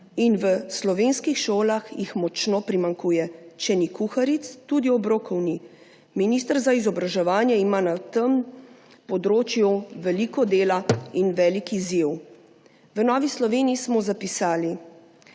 in v slovenskih šolah jih močno primanjkuje, če ni kuharic, tudi obrokov ni. Minister za izobraževanje ima na tem področju veliko dela in velik izziv. V Novi Sloveniji smo zapisali,